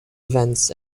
events